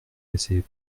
laisser